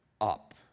up